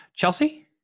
Chelsea